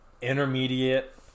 intermediate